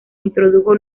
introdujo